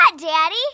Daddy